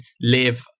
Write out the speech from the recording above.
live